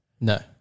No